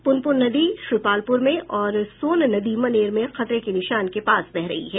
पुनपुन नदी श्रीपालपुर में और सोन नदी मनेर में खतरे के निशान के पास बह रही है